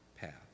path